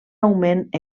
augment